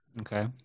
Okay